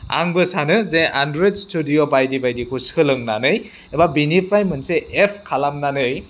आंबो सानो जे एन्ड्रइड स्टुडिय' बायदि बायदिखौ सोलोंनानै एबा बिनिफ्राय मोनसे एप खालामनानै